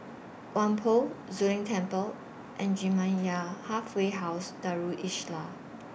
Whampoa Zu Lin Temple and Jamiyah Halfway House Darul Islah